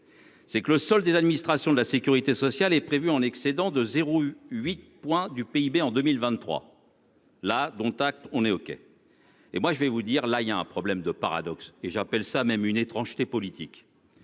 C'est que le solde des administrations de la sécurité sociale est prévue en excédent de 0 eu 8 points du PIB en 2023 la dont acte. On est OK. Et moi je vais vous dire là il y a un problème de paradoxes et j'appelle ça même une étrangeté politique.